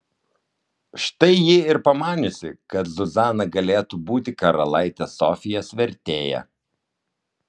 štai ji ir pamaniusi kad zuzana galėtų būti karalaitės sofijos vertėja